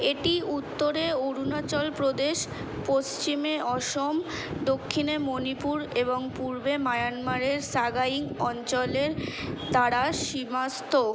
এটি উত্তরে অরুণাচলপ্রদেশ পশ্চিমে অসম দক্ষিণে মণিপুর এবং পূর্বে মায়ানমারের সাগাইং অঞ্চলের দ্বারা সীমাস্থ